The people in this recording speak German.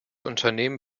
unternehmen